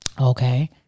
Okay